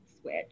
switch